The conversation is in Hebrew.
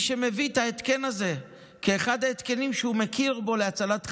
שמביא את ההתקן הזה כאחד ההתקנים שהוא מכיר בו להצלת חיים.